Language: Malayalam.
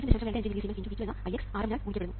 25 മില്ലിസീമെൻസ് x V2 എന്ന Ix Rm നാൽ ഗുണിക്കപ്പെടുന്നു